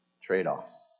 trade-offs